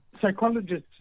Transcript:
Psychologists